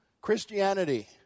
Christianity